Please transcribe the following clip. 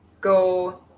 Go